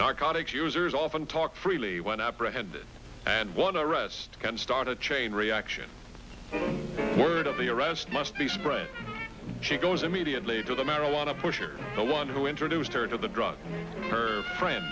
narcotics users often talk freely when apprehended and want to arrest and start a chain reaction word of the arrest must be sprayed she goes immediately to the marijuana pusher the one who introduced her to the drug her friend